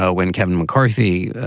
ah when kevin mccarthy,